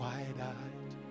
Wide-eyed